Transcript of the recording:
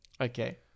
Okay